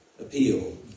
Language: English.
appeal